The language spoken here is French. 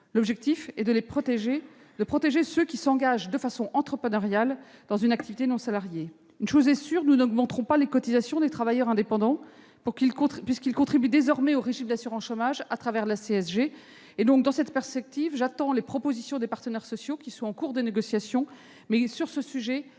L'objectif est de protéger ceux qui s'engagent de façon entrepreneuriale dans une activité non salariée. Une chose est sûre : nous n'augmenterons pas les cotisations des travailleurs indépendants puisqu'ils contribuent désormais au régime d'assurance chômage à travers la contribution sociale généralisée, la CSG. Dans cette perspective, j'attends les propositions des partenaires sociaux, qui sont en cours de négociation. Sur ce sujet, l'État a bien sûr l'intention d'agir